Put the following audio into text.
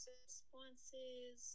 responses